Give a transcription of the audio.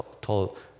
told